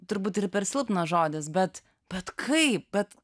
turbūt ir per silpnas žodis bet bet kaip bet